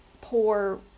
poor